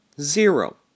Zero